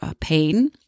pain